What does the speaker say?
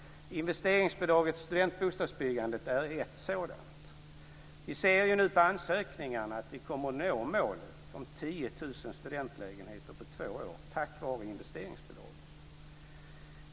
Investeringsbidraget till studentbostadsbyggandet är en sådan. Vi ser nu på ansökningarna att vi kommer att nå målet om 10 000 studentlägenheter på två år tack vare investeringsbidraget.